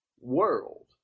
world